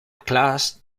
class